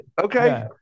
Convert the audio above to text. Okay